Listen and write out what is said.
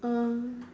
err